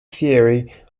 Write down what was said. theory